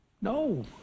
No